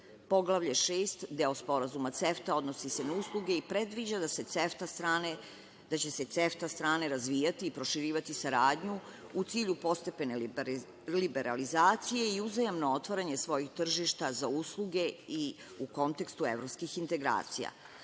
6. deo Sporazuma CEFTA odnosi se na usluge i predviđa da će se CEFTA strane razvijati i proširivati saradnju u cilju postepene liberalizacije i uzajamno otvaranje svojih tržišta za usluge i u kontekstu evropskih integracija. Dodati